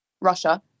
Russia